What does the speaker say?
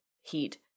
heat